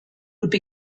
would